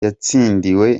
yatsindiwe